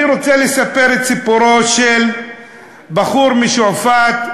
אני רוצה לספר את סיפורו של בחור משועפאט,